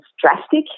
drastic